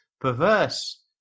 perverse